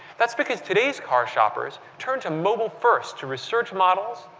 that's because today's car shop pers turn to mobile-first to research models,